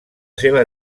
seva